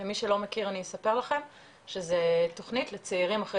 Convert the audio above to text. למי שלא מכיר אני אספר שזו תכנית לצעירים אחרי